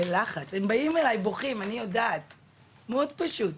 בואו נציל אותם לפני,